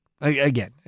again